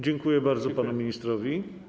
Dziękuję bardzo panu ministrowi.